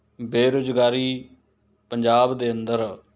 ਬੇਰੁਜ਼ਗਾਰੀ ਪੰਜਾਬ ਦੇ ਅੰਦਰ